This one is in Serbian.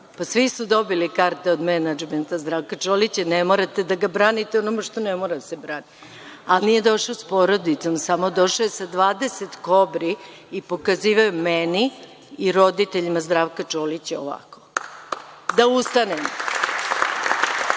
pa svi su dobili karte od menadžmenta Zdravka Čolića. Ne morate da branite ono što ne mora da se brani, a nije došao sa porodicom samo, došao je sa 20 kobri i pokazivao je meni i roditeljima Zdravka Čolića ovako - da ustanem.